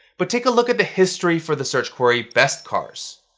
but take a look at the history for the search query, best cars.